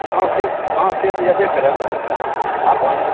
हँ से तऽ हेबे करए आबू